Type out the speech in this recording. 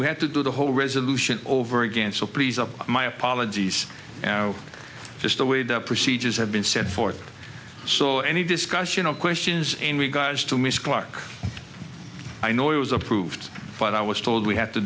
we had to do the whole resolution over again so please of my apologies you know just the way the procedures have been set forth so any discussion of questions and we guards to miss clark i know it was approved but i was told we had to